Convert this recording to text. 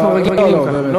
פה אנחנו רגילים ככה,